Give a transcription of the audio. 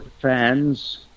fans